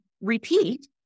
repeat